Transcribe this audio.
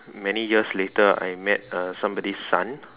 many years later I met uh somebody's son